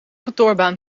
kantoorbaan